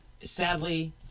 sadly